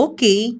Okay